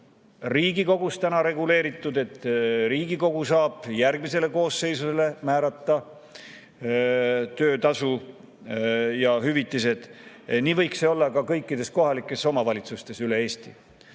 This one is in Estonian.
Riigikogus reguleeritud, et Riigikogu saab järgmisele koosseisule määrata töötasu ja hüvitised, võiks see olla ka kõikides kohalikes omavalitsustes üle Eesti.